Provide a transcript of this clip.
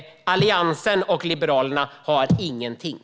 Alliansen och Liberalerna har ingenting.